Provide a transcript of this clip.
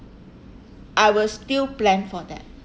I will still plan for that